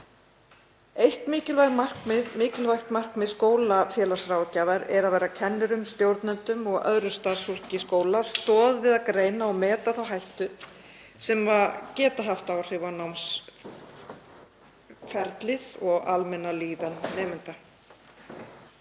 Eitt mikilvægt markmið skólafélagsráðgjafa er að vera kennurum, stjórnendum og öðru starfsfólki skóla stoð við að greina og meta þá hættu sem getur haft áhrif á námsferlið og almenna líðan nemenda